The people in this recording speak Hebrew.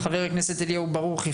חבר הכנסת אליהו ברוכי,